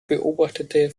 beobachtete